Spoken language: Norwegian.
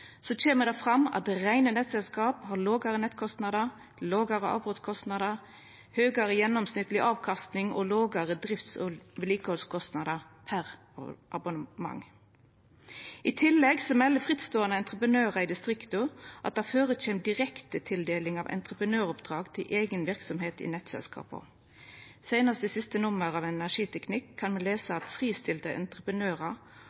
kjem det fram at reine nettselskap har lågare nettkostnader, lågare avbrotskostnader, høgare gjennomsnittleg avkastning og lågare drifts- og vedlikehaldskostnader per abonnement. I tillegg melder frittståande entreprenørar i distrikta at det førekjem direktetildeling av entreprenøroppdrag til eiga verksemd i nettselskapa. Seinast i siste nummer av Energiteknikk kan me lesa